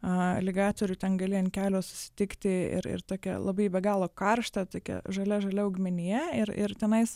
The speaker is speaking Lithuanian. aligatorių ten gali ant kelio susitikti ir ir tokia labai be galo karšta tokia žalia žalia augmenija ir ir tenais